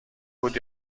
بود